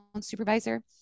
supervisor